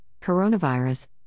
coronavirus